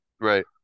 Right